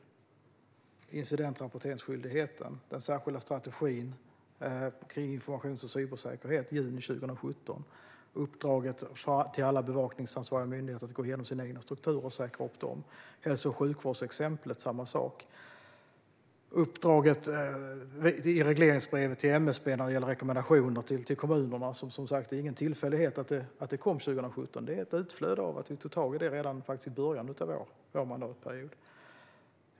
Det gäller incident och rapporteringsskyldigheten, den särskilda strategin kring informations och cybersäkerhet i juni 2017 och uppdraget till alla bevakningsansvariga myndigheter att gå igenom sina egna strukturer och säkra dem. Det är samma sak med hälso och sjukvårdsexemplet. Det är som sagt ingen tillfällighet att uppdraget i regleringsbrevet till MSB när det gäller rekommendationer till kommunerna kom 2017, utan det är ett utflöde av att vi tog tag i detta redan i början av vår mandatperiod.